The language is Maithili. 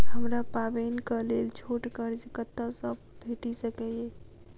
हमरा पाबैनक लेल छोट कर्ज कतऽ सँ भेटि सकैये?